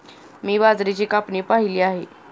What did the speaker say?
मी बाजरीची कापणी पाहिली आहे